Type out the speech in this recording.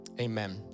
amen